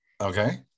okay